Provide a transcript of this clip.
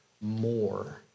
more